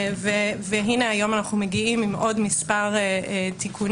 והנה היום אנחנו מגיעים עם עוד כמה תיקונים